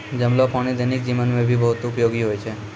जमलो पानी दैनिक जीवन मे भी बहुत उपयोगि होय छै